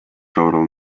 total